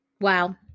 Wow